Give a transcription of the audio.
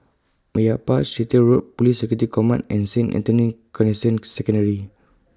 Meyappa Chettiar Road Police Security Command and Saint Anthony's Canossian Secondary